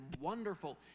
wonderful